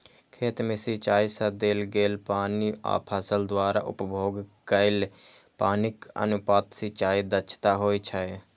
खेत मे सिंचाइ सं देल गेल पानि आ फसल द्वारा उपभोग कैल पानिक अनुपात सिंचाइ दक्षता होइ छै